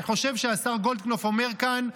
אני חושב שהשר גולדקנופ אומר כאן: